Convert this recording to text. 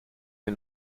que